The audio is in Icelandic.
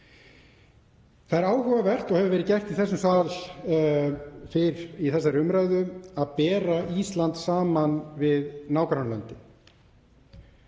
Það er áhugavert og hefur verið gert í þessum sal fyrr í umræðunni að bera Ísland saman við nágrannalöndin.